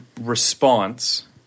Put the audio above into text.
response